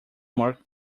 mock